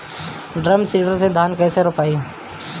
Drum seeder से धान कैसे रोपाई?